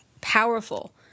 powerful